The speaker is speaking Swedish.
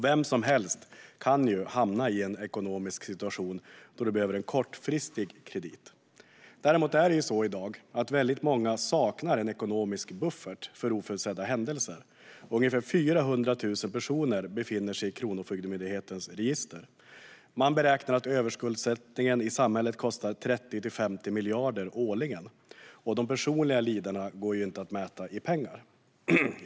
Vem som helst kan hamna i en ekonomisk situation då man behöver en kortfristig kredit. Däremot är det så i dag att många saknar en ekonomisk buffert för oförutsedda händelser. Ungefär 400 000 personer finns i Kronofogdemyndighetens register. Man beräknar att överskuldsättningen i samhället kostar 30-50 miljarder årligen, men de personliga lidandena går inte att mäta i pengar.